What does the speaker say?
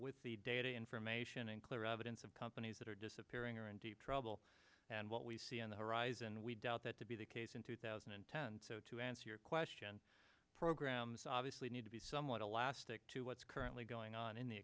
with the data information and clear evidence of companies that are disappearing or in deep trouble and what we see on the horizon we doubt that to be the case in two thousand and ten so to answer your question programs obviously need to be somewhat elastic to what's currently going on in the